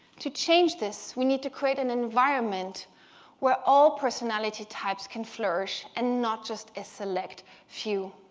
to change this, we need to create an environment where all personality types can flourish, and not just a select few.